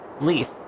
Leaf